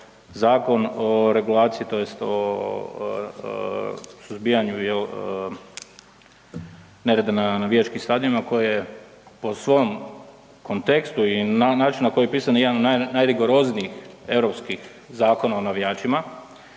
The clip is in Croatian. zakon o regulaciji tj. suzbijanju nerada na navijačkim stadionima koje po svom kontekstu i način na koji je pisan je jedan od najrigoroznijih europskih zakona o navijačima